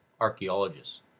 archaeologists